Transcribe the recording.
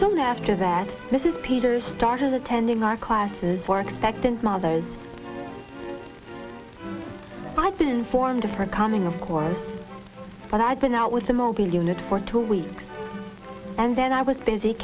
soon after that this is peter started attending our classes for expectant mothers i've been informed of her coming of course but i'd been out with a mobile unit for two weeks and then i was busy